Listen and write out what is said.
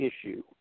issue